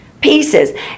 pieces